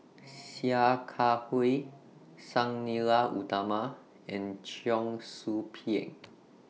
Sia Kah Hui Sang Nila Utama and Cheong Soo Pieng